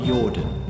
Jordan